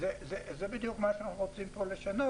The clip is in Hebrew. אז זה בדיוק מה שאנחנו רוצים לשנות,